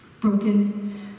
Broken